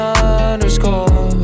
underscore